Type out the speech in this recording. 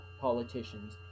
politicians